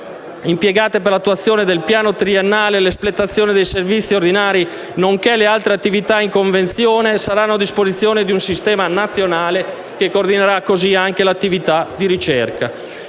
attualmente operanti, impiegate ora per l'attuazione del piano triennale, l'espletamento dei servizi ordinari, nonché per le altre attività in convenzione, saranno a disposizione di un sistema nazionale che coordinerà così anche l'attività di ricerca.